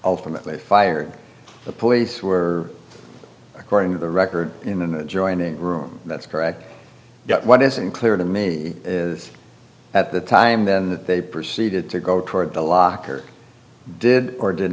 ltimately fired the police were according to the record in an adjoining room that's correct what isn't clear to me is at the time then that they proceeded to go toward the locker did or did